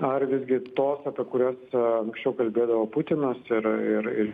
ar visgi tos apie kurias anksčiau kalbėdavo putinas ir ir ir